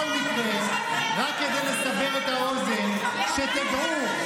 אתם שונאי ישראל,